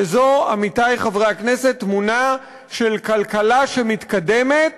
וזו, עמיתי חברי הכנסת, תמונה של כלכלה שמתקדמת